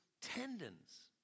tendons